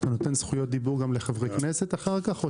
אתה נותן זכויות דיבור גם לחברי כנסת אחר כך?